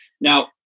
Now